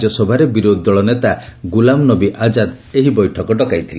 ରାଜ୍ୟସଭାରେ ବିରୋଧୀ ଦଳ ନେତା ଗୁଲାମନବୀ ଆଜାଦ ଏହି ବୈଠକ ଡକାଇଥିଲେ